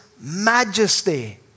majesty